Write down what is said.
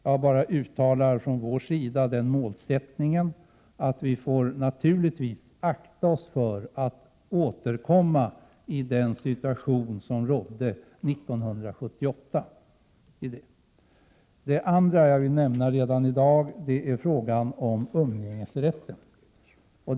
Jag vill här bara understryka att vi naturligtvis får akta oss för att åter hamna i den situation som rådde år 1978. Jag vill redan i dag också framföra några synpunkter på frågan om umgängesrätten.